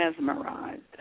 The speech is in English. mesmerized